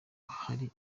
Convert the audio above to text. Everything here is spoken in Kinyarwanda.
hari